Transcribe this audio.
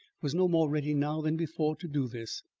was no more ready now than before to do this.